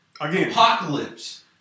Apocalypse